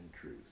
truth